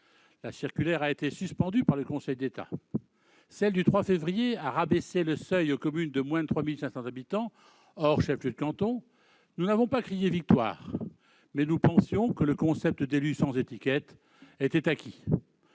La circulaire a été suspendue par le Conseil d'État. Celle du 3 février a rabaissé le seuil aux communes de moins de 3 500 habitants, hors chefs-lieux de canton. Nous n'avons pas crié victoire, mais nous pensions que le concept d'élu « sans étiquette » était acquis.